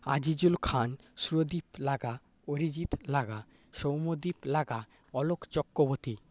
Azizul Khan Surdeep Laka Arijit Laka Soumodip Laka Alok Chakraborty